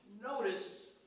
Notice